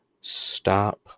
stop